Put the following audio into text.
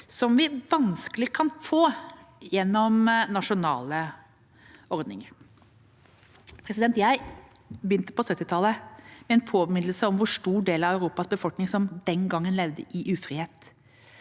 som vi vanskelig kan få gjennom nasjonale ordninger. Jeg begynte på 1970-tallet, med en påminnelse om hvor stor del av Europas befolkning som den gangen levde i ufrihet.